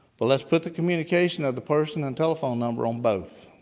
but let's put the communication of the person and telephone number on both.